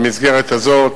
במסגרת הזאת